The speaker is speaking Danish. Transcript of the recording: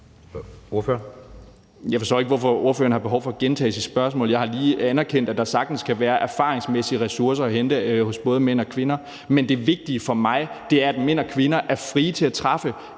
Jeg forstår ikke, hvorfor fru Camilla Fabricius har behov for at gentage sit spørgsmål. Jeg har lige anerkendt, at der sagtens kan være erfaringsmæssige ressourcer at hente hos både mænd og kvinder, men det vigtige for mig er, at mænd og kvinder er frie til at træffe